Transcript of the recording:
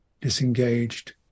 disengaged